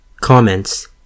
Comments